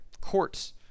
Courts